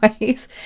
ways